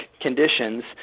conditions